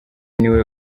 niwe